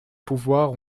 pouvoirs